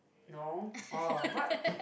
no or what